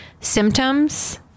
symptoms